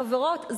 חברות,